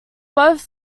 both